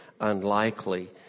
unlikely